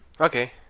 Okay